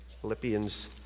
Philippians